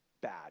bad